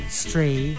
stray